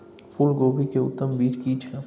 फूलकोबी के उत्तम बीज की छै?